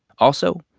also,